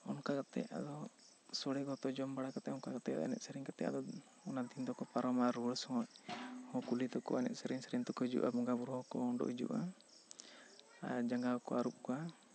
ᱚᱱᱠᱟ ᱠᱟᱛᱮᱜ ᱟᱫᱚ ᱥᱚᱲᱮ ᱠᱚᱛᱚ ᱡᱚᱢ ᱵᱟᱲᱟ ᱠᱟᱛᱮᱜ ᱚᱱᱠᱟ ᱠᱟᱛᱮᱜ ᱮᱱᱮᱡ ᱥᱮᱨᱮᱧ ᱠᱟᱛᱮᱜ ᱟᱫᱚ ᱚᱱᱟ ᱫᱤᱱ ᱫᱚ ᱠᱚ ᱯᱟᱨᱚᱢᱟ ᱨᱩᱲᱟᱹᱲ ᱥᱚᱢᱚᱭ ᱠᱩᱞᱦᱤ ᱛᱮᱠᱚ ᱮᱱᱮᱡ ᱥᱮᱨᱮᱧ ᱥᱮᱨᱮᱧ ᱛᱮᱠᱚ ᱦᱤᱡᱩᱜᱼᱟ ᱵᱚᱸᱜᱟ ᱵᱳᱨᱳ ᱦᱚᱸ ᱠᱚ ᱚᱰᱚᱠ ᱦᱤᱡᱩᱜᱼᱟ ᱟᱨ ᱡᱟᱸᱜᱟ ᱠᱚᱠᱚ ᱟᱹᱨᱩᱵ ᱠᱚᱣᱟ